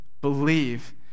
believe